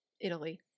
Italy